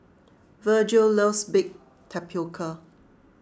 Virgil loves Baked Tapioca